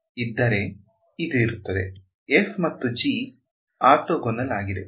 ಇದ್ದರೆ f ಮತ್ತು g orthogonal ಆಗಿದೆ